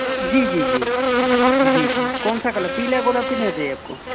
जी जी जी जी जी कौन सा कलर पीला गुलाब कितने चाहिए आप को